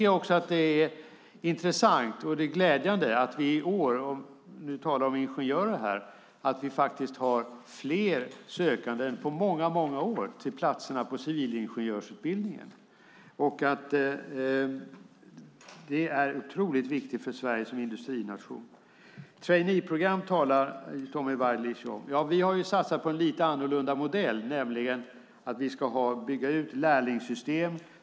Jag tycker att det är intressant och glädjande att vi i år har fler sökande än på många, många år till platserna på civilingenjörsutbildningen. Det är otroligt viktigt för Sverige som industrination. Tommy Waidelich talar om traineeprogram. Vi har satsat på en lite annorlunda modell, nämligen att bygga ut lärlingssystemet.